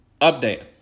Update